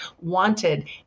Wanted